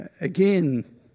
Again